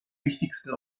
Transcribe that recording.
wichtigsten